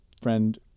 friend